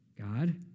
God